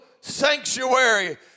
sanctuary